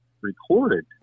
recorded